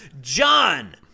John